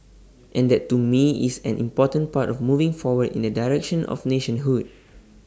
and that to me is an important part of moving forward in the direction of nationhood